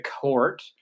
court